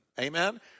Amen